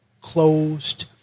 closed